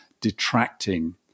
detracting